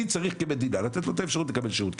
אני צריך כמדינה לתת לו את האפשרות לקבל שירות.